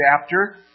chapter